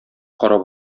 карап